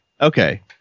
Okay